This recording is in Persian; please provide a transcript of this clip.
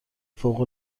فوق